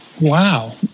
Wow